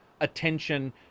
attention